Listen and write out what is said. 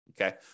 Okay